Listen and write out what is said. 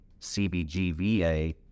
CBGVA